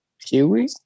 Kiwi